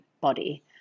body